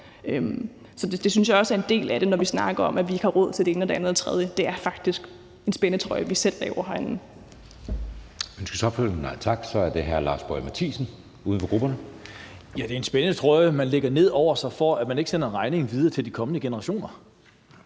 Så det synes jeg også er en del af det, når vi snakker om, at vi ikke har råd til det ene og det andet og det tredje. Det er faktisk en spændetrøje, vi selv laver herinde.